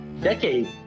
decade